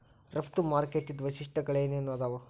ರಫ್ತು ಮಾರುಕಟ್ಟಿದ್ ವೈಶಿಷ್ಟ್ಯಗಳೇನೇನ್ ಆದಾವು?